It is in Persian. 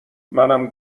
منم